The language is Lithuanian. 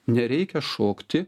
nereikia šokti